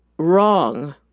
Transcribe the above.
Wrong